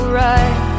right